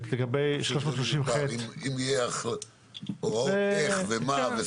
לגבי סעיף 330ח. אם יהיו הוראות איך ומה,